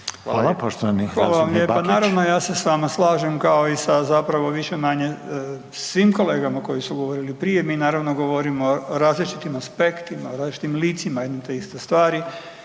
Hvala. Poštovani zastupnik Bakić.